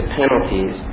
penalties